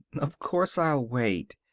of course i'll wait.